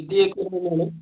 किती acre madam